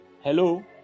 Hello